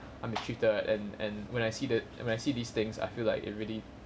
and and when I see the when I see these things I feel like it really